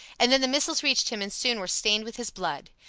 and then the missiles reached him and soon were stained with his blood.